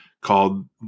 called